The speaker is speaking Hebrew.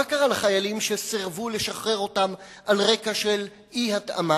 מה קרה לחיילים שסירבו לשחרר אותם על רקע של אי-התאמה?